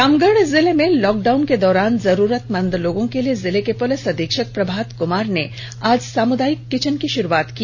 रामगढ़ जिले में lockdown के दौरान जरूरतमंद लोगों के लिए जिले के पुलिस अधीक्षक प्रभात कुमार ने आज सामुदायिक किचन की शुरूआत की